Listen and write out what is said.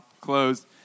close